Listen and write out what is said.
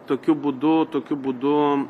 tokiu būdu tokiu būdu